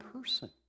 person